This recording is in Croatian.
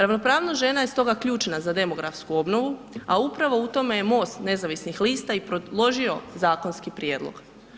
Ravnopravnost žena je stoga ključna za demografsku obnovu a upravo u tome je MOST nezavisnih lista i predložio zakonski prijedlog.